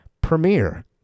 premiere